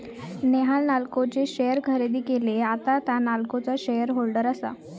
नेहान नाल्को चे शेअर खरेदी केले, आता तां नाल्कोचा शेअर होल्डर आसा